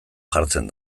jartzen